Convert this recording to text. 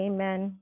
Amen